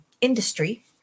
industry